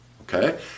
okay